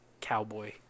cowboy